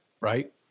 right